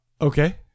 okay